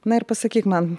na ir pasakyk man